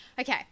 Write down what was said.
okay